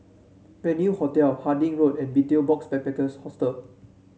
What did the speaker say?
Venue Hotel Harding Road and Betel Box Backpackers Hostel